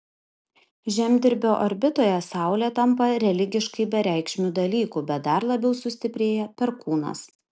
žemdirbio orbitoje saulė tampa religiškai bereikšmiu dalyku bet dar labiau sustiprėja perkūnas